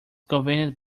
convenient